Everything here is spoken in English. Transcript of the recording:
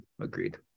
agreed